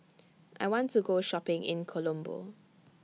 I want to Go Shopping in Colombo